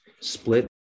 split